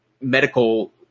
medical